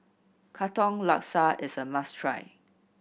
Katong Laksa is a must try